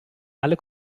alle